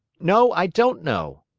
no, i don't know.